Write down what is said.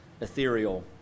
ethereal